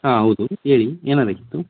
ಹಾಂ ಹೌದು ಹೇಳಿ ಏನಾಗಬೇಕಿತ್ತು